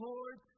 Lord